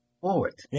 forward